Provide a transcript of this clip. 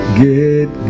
get